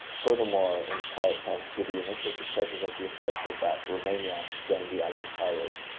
furthermore, in part thanks to the initial successes of the offensive that romania joined the allied powers,